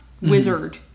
Wizard